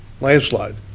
landslide